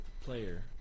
player